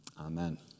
Amen